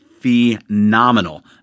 phenomenal